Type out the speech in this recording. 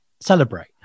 celebrate